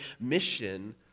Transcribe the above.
mission